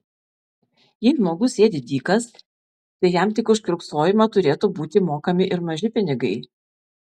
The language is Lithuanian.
jei žmogus sėdi dykas tai jam tik už kiurksojimą turėtų būti mokami ir maži pinigai